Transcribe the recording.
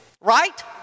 Right